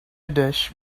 dish